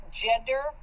gender